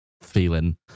feeling